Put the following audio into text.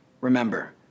Remember